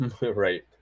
right